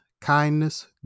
kindness